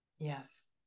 Yes